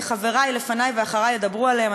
וחברי לפני דיברו ואחרי ידברו עליהם,